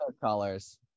colors